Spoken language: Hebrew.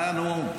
מה הנאום?